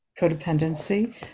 codependency